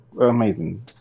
Amazing